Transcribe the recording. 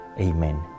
Amen